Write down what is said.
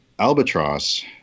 Albatross